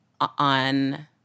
on